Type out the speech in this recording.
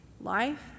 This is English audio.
Life